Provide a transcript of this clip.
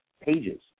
pages